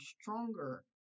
stronger